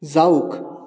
যাওক